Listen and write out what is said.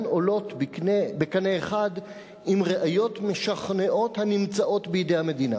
עולות בקנה אחד עם ראיות משכנעות הנמצאות בידי המדינה.